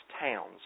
towns